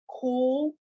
cool